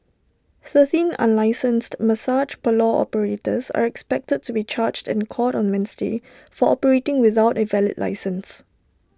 thirteen unlicensed massage parlour operators are expected to be charged in court on Wednesday for operating without A valid licence